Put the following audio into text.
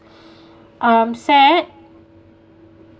um sad